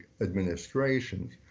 administrations